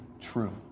true